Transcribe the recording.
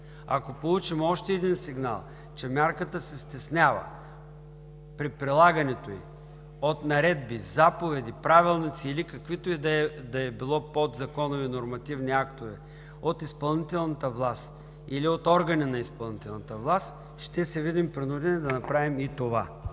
Ако получим още един сигнал, че мярката се стеснява при прилагането ѝ от наредби, заповеди, правилници или каквито и да било подзаконови нормативни актове от изпълнителната власт или от органи на изпълнителната власт, ще се видим принудени да направим и това.